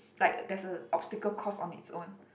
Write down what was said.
it's like there's a obstacle course on it's own